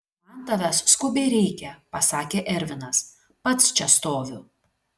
man tavęs skubiai reikia pasakė ervinas pats čia stoviu